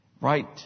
Right